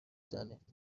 زنید